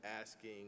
asking